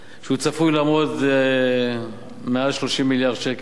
הוא צפוי להיות מעל 30 מיליארד שקל.